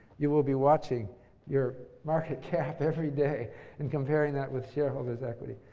you will be watching your market cap every day and comparing that with shareholders equity.